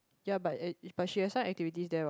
ya but it but she has some activities there what